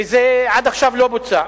וזה עד עכשיו לא בוצע.